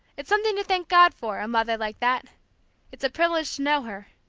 it's something to thank god for, a mother like that it's a privilege to know her.